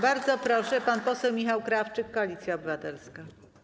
Bardzo proszę, pan poseł Michał Krawczyk, Koalicja Obywatelska.